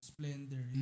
Splendor